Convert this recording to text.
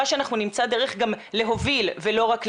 שאנחנו נמצא דרך גם להוביל ולא רק להגיב,